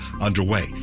underway